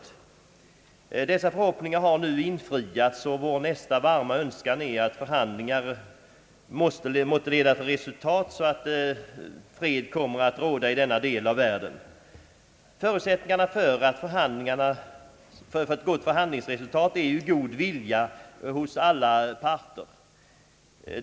Dessa förhoppningar har nu infriats och vår nästa varma önskan är att förhandlingarna också skall leda till resultat så att fred kommer att råda i denna del av världen. Förutsättningen för ett förhandlingsresultat är god vilja hos alla parter.